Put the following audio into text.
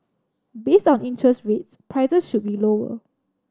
base on interest rates prices should be lower